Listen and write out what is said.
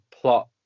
plot